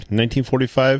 1945